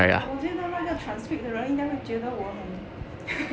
我我觉得那个 transcript 的人应该会觉得我很